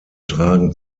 tragen